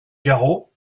garot